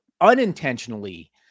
unintentionally